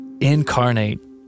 incarnate